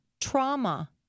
trauma